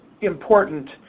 important